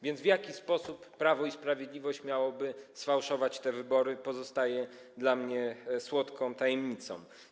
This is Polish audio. Więc to, w jaki sposób Prawo i Sprawiedliwość miałoby sfałszować te wybory, pozostaje dla mnie słodką tajemnicą.